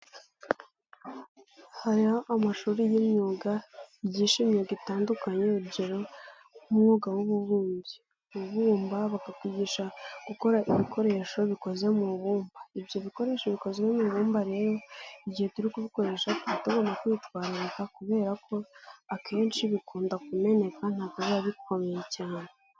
Hari amashuri y'imyuga yigisha imyuga itandukanye urugero nk'umwuga w'ububumbyi, urabumba bakakwigisha gukora ibikoresho bikoze mu ibumba, ibyo bikoresho bikozwe mu ibumba rero igihe turi kubikoresha tub atugomba kwitwararika kubera ko akenshi bikunda kumeneka ntabwo biba bikomeye cyane.